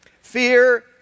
Fear